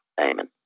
Amen